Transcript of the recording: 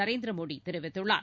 நரேந்திர மோடி தெரிவித்துள்ளார்